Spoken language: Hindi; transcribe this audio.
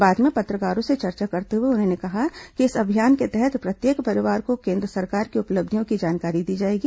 बाद में पत्रकारों से चर्चा करते हुए उन्होंने कहा कि इस अभियान के तहत प्रत्येक परिवार को केन्द्र सरकार की उपलब्धियों की जानकारी दी जाएगी